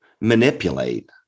manipulate